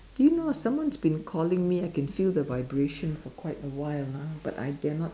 do you know someone's been calling me I can feel the vibration for quite a while ah but I dare not